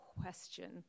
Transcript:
question